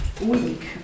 week